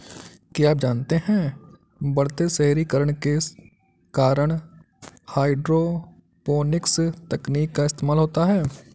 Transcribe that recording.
क्या आप जानते है बढ़ते शहरीकरण के कारण हाइड्रोपोनिक्स तकनीक का इस्तेमाल होता है?